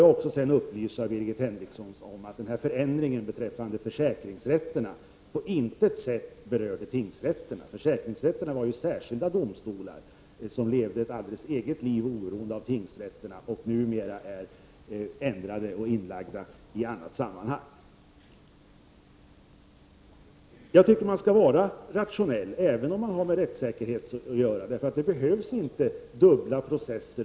Får jag sedan upplysa Birgit Henriksson om att förändringen beträffande försäkringsrätterna på intet sätt berörde tingsrätterna. Försäkringsrätterna var särskilda domstolar som levde sitt eget liv oberoende av tingsrätterna. Organisationen har förändrats, och de förekommer nu i ett annat sammanhang. Jag tycker att man kan vara rationell även om man har med rättssäkerhet att göra. Det behövs inte dubbla processer.